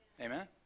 Amen